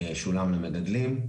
שולם למגדלים,